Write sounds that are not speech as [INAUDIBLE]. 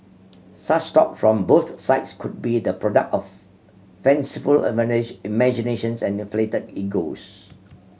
such talk from both sides could be the product of fanciful [UNINTELLIGIBLE] imaginations and inflated egos